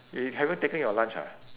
y~ you haven't taken your lunch ah